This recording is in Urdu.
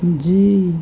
جی